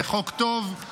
זה חוק טוב,